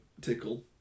tickle